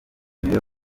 niwe